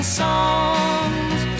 songs